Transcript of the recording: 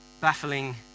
baffling